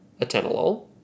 atenolol